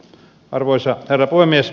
arvoisa herra puhemies